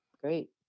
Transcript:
great